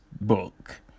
book